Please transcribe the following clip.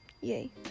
yay